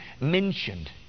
mentioned